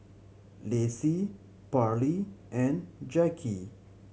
Lacy Parlee and Jackie